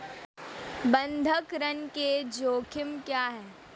बंधक ऋण के जोखिम क्या हैं?